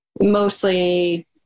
mostly